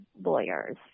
lawyers